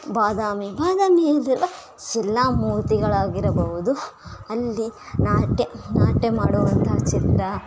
ಬಾದಾಮಿ ಬಾದಾಮಿ ಇದೆಯಲ್ಲ ಶಿಲಾ ಮೂರ್ತಿಗಳಾಗಿರಬಹುದು ಅಲ್ಲಿ ನಾಟ್ಯ ನಾಟ್ಯ ಮಾಡುವಂತಹ ಚಿತ್ರ